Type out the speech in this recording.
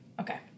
okay